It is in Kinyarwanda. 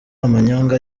amanyanga